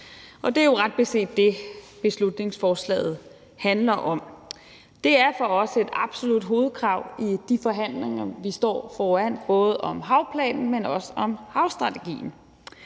Og det er jo ret beset det, beslutningsforslaget handler om. Det er for os et absolut hovedkrav i de forhandlinger, vi står foran, både om havplanen, men også om havstrategien.